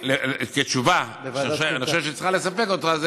כתשובה שאני חושב שצריכה לספק אותך,